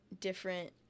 different